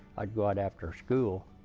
i'd go out after school,